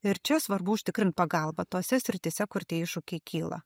ir čia svarbu užtikrint pagalbą tose srityse kur tie iššūkiai kyla